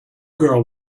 girl